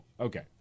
Okay